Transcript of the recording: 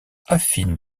affine